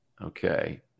Okay